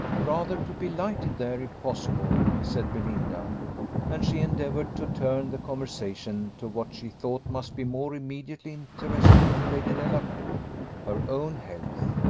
rather to be lighted there, if possible, said belinda and she endeavoured to turn the conversation to what she thought must be more immediately interesting to lady delacour her own health.